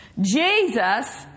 Jesus